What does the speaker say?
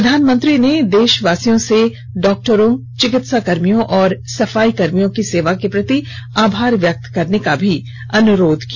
प्रधानमंत्री ने देशवासियों से डॉक्टरों चिकित्सा कर्मियों और सफाई कर्मचारियों की सेवा के प्रति आभार व्यक्त करने का भी अनुरोध किया